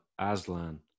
Aslan